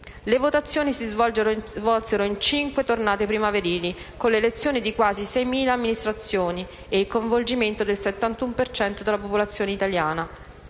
Le votazioni si svolsero in cinque tornate primaverili con l'elezione di quasi 6.000 amministrazioni e il coinvolgimento del 71 per cento della popolazione italiana.